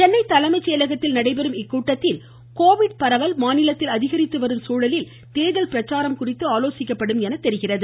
சென்னை தலைமை செயலகத்தில் நடைபெறும் இக்கூட்டத்தில் கோவிட் பரவல் மாநிலத்தில் அதிகரித்து வரும் சூழலில் தேர்தல் பிரச்சாரம் குறித்து ஆலோசிக்கப்படும் என தெரிகிறது